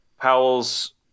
Powell's